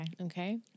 Okay